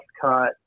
cut